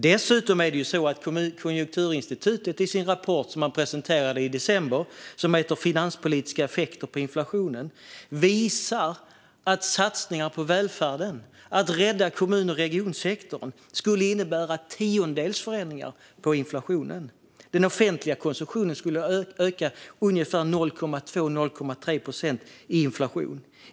Dessutom är det ju så att Konjunkturinstitutet i den rapport man presenterade i december som mäter finanspolitiska effekter på inflationen visar att satsningar på välfärden och att rädda kommun och regionsektorn skulle innebära tiondelsförändringar av inflationen. Den offentliga konsumtionen skulle öka med ungefär 0,2-0,3 procent i inflation.